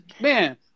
man